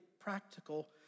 practical